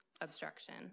obstruction